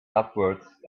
upwards